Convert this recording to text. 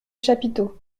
chapiteau